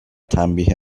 تنبیه